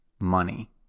money